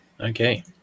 okay